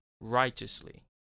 righteously